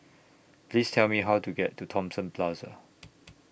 Please Tell Me How to get to Thomson Plaza